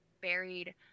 buried